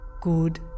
good